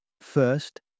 First